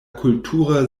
kultura